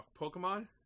Pokemon